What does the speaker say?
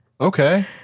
Okay